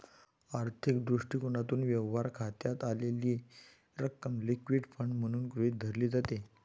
आर्थिक दृष्टिकोनातून, व्यवहार खात्यात असलेली रक्कम लिक्विड फंड म्हणून गृहीत धरली जाते